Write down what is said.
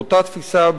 באותה תפיסה,